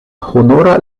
honora